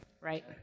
Right